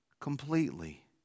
completely